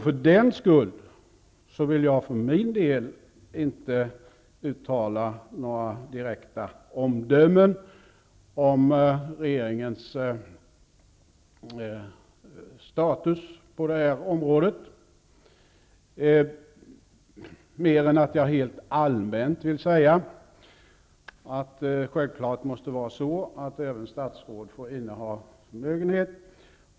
För den skull vill jag för min del inte uttala några direkta omdömen om regeringens status på det här området mer än att jag helt allmänt vill säga att det sjävfallet måste vara så att även statsråd får inneha förmögenhet.